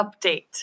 update